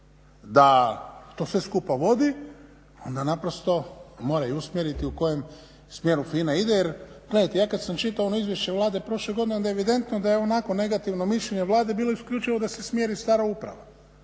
da to sve skupa vodi ona je mora usmjeriti u kojem smjeru FINA ide jer gledajte ja kada sam čitao ono izvješće Vlade prošle godine onda je evidentno da ionako negativno mišljenje Vlade bilo isključivo da se smijeni stara uprava.